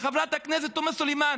וחברת הכנסת תומא סלימאן,